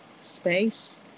Space